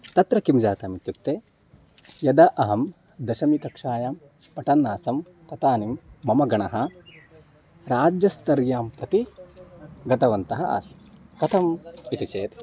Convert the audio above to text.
तत्र किं जातम् इत्युक्ते यदा अहं दशमकक्षायां पठन् आसं तदानीं मम गणः राज्यस्तरं प्रति गतवन्तः आसन् कथम् इति चेत्